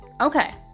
Okay